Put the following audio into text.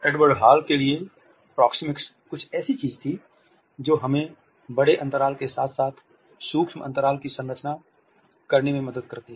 Edward Hall के लिए proxemics कुछ ऐसी चीज थी जो हमें बड़े अंतराल के साथ साथ सूक्ष्म अन्तराल की संरचना करने में मदद करती है